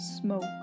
smoke